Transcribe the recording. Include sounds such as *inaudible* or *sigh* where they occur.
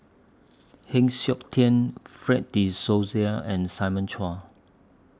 *noise* Heng Siok Tian Fred De Souza and Simon Chua